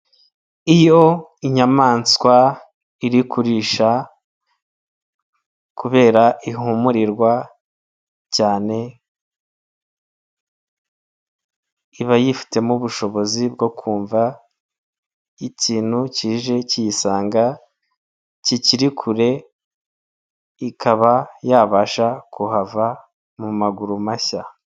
Iyo inyamaswa iri kurisha kubera ihumurirwa cyane ibayifitemo ubushobozi bwo kumva ikintu kije kiyisanga kikiri kure, ikaba yabasha kuhava mu maguru mashya.